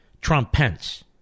Trump-Pence